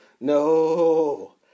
No